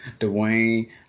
Dwayne